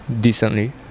decently